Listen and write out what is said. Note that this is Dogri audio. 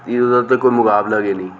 एह्दा ते कोई मकाबला गै नेईं